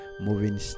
moving